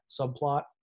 subplot